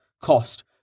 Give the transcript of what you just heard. cost